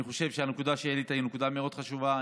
אני חושב שהנקודה שהעלית היא נקודה מאוד חשובה.